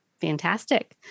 Fantastic